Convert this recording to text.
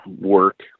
work